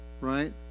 Right